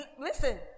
listen